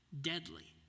deadly